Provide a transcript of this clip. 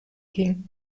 ging